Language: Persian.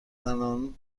زنان